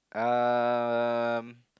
um